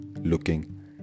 looking